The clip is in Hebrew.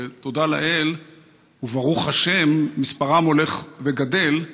ותודה לאל וברוך השם מספרם הולך וגדל,